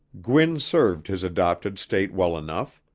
gwin served his adopted state well enough.